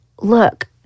look